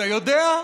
אתה יודע?